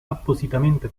appositamente